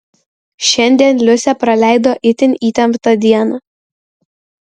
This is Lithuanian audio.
šiandien liusė praleido itin įtemptą dieną